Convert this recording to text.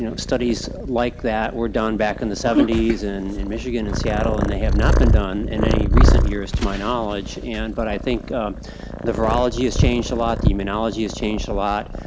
you know studies like that were done back in the seventy s and in michigan and seattle and they have not been done in any recent years to my knowledge, and but i think the virology has changed a lot, the immunology has changed a lot,